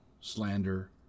slander